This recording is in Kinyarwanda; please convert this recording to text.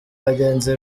bagenzi